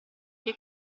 che